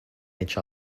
each